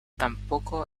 tampoco